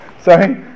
Sorry